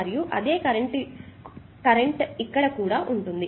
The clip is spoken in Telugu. మరియు అదే కరెంట్ ఇక్కడ కూడా ఉంటుంది